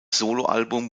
soloalbum